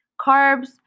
carbs